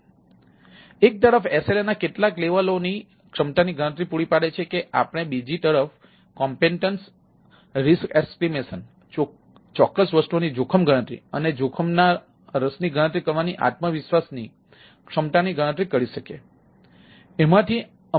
તેઓ એક તરફ SLAના કેટલાક સ્તરોની ક્ષમતાની ગણતરી પૂરી પાડે છે કે આપણે બીજી તરફ સંભવિતતા ચોક્કસ વસ્તુઓની જોખમગણતરી અને જોખમમાં રસની ગણતરી કરવાની આત્મવિશ્વાસની ક્ષમતાની ગણતરી કરીએ છીએ